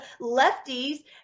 lefties